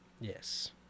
Yes